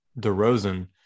DeRozan